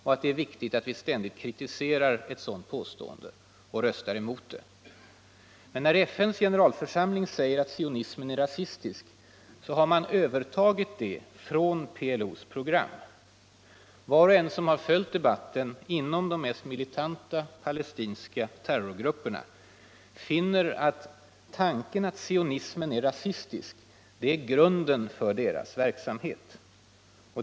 Då är det viktigt att vi ständigt kritiserar ett sådant påstående och röstar emot det. När FN:s generalförsamling säger att sionismen är rasistisk har man övertagit påståendet från PLO:s program. Var och en som har följt debatten inom de mest militanta palestinska terrorgrupperna finner att tanken att sionismen är rasistisk rymmer i sig själv grunden för deras verksamhet.